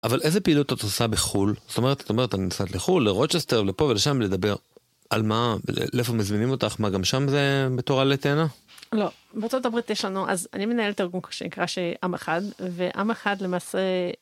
אבל איזה פעילות את עושה בחו"ל? זאת אומרת, את אומרת אני נוסעת לחו"ל, לרוצ'סטר, לפה ולשם לדבר. על מה... לאיפה מזמינים אותך? מה, גם שם זה מתורה לטענה? לא, בארצות הברית יש לנו, אז, אני מנהלת ארגון שנקרא עם אחד, ועם אחד למעשה.